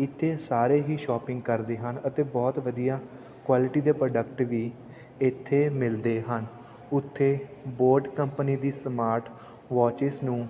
ਇੱਥੇ ਸਾਰੇ ਹੀ ਸ਼ੋਪਿੰਗ ਕਰਦੇ ਹਨ ਅਤੇ ਬਹੁਤ ਵਧੀਆ ਕੁਆਲਿਟੀ ਦੇ ਪ੍ਰੋਡਕਟ ਵੀ ਇੱਥੇ ਮਿਲਦੇ ਹਨ ਉੱਥੇ ਬੋਟ ਕੰਪਨੀ ਦੀ ਸਮਾਰਟ ਵੋਚਿਸ ਨੂੰ